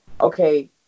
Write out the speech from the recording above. Okay